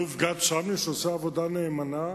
האלוף גד שמני, שעושה עבודה נאמנה,